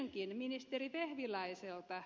kysynkin ministeri vehviläiseltä